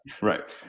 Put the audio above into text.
right